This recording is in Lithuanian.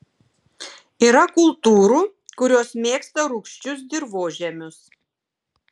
yra kultūrų kurios mėgsta rūgčius dirvožemius